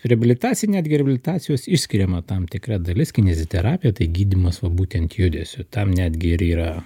reabilitacinę netgi reabilitacijos išskiriama tam tikra dalis kineziterapija tai gydymas va būtent judesiu tam netgi ir yra